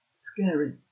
scary